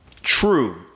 True